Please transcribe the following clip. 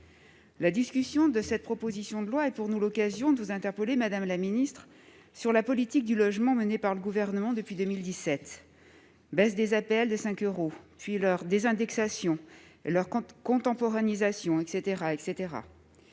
La discussion de cette proposition de loi est pour nous l'occasion de vous interpeller, madame la secrétaire d'État, sur la politique du logement menée par le Gouvernement depuis 2017 : baisse de 5 euros, puis désindexation, puis contemporanéisation des